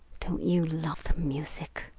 don't you love the music?